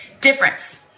difference